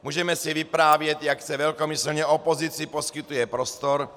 Můžeme si vyprávět, jak se velkomyslně opozici poskytuje prostor.